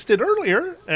earlier